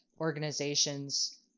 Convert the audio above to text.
organizations